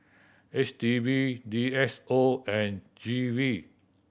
H D B D S O and G V